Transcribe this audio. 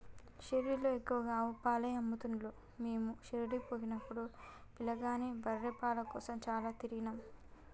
షిరిడీలో ఎక్కువగా ఆవు పాలే అమ్ముతున్లు మీము షిరిడీ పోయినపుడు పిలగాని బర్రె పాల కోసం చాల తిరిగినం